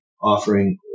offering